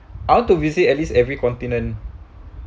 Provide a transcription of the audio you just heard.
I want to visit at least every continent